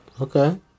okay